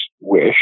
wish